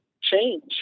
change